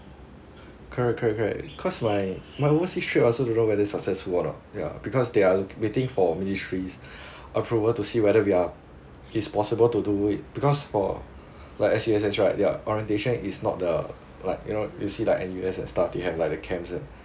correct correct correct cause my my overseas trip I also don't know whether successful or not ya because they are waiting for ministry's approval to see whether we are is possible to do it because for like S_C_S_H right ya orientation is not the like you know you see like N_U_S and stuff they have like the camps an